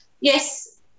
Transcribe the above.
yes